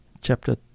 Chapter